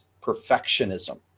perfectionism